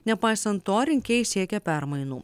nepaisant to rinkėjai siekia permainų